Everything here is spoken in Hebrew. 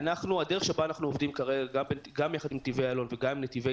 הדרך שבה אנחנו עובדים כרגע גם עם נתיבי אילון וגם עם נתיבי